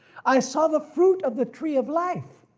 i saw the fruit of the tree of life,